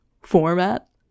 format